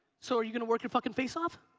so are you gonna work your fucking face off?